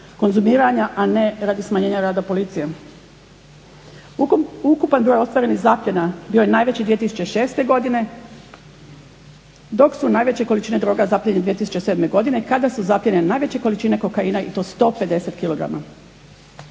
a ne radi smanjenja rada policije. Ukupan broj ostvarenih zapljena bio je najveći 2006. godine, dok su najveće količine droga zaplijenjene 2007. godine kada su zaplijenjene najveće količine kokaina i to 150